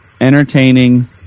entertaining